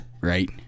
right